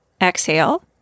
exhale